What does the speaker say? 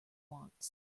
wants